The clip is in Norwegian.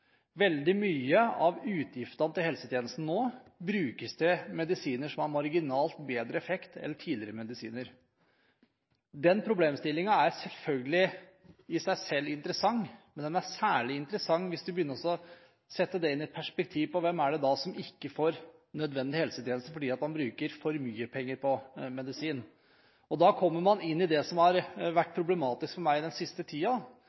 Veldig mange av utgiftene til helsetjenesten brukes nå til medisiner som har marginalt bedre effekt enn tidligere medisiner. Den problemstillingen er selvfølgelig interessant i seg selv, men den er særlig interessant hvis man begynner å sette det inn i et perspektiv med tanke på hvem det er som ikke får nødvendige helsetjenester fordi man bruker for mye penger på medisin. Da kommer man inn på det som har vært problematisk for meg den siste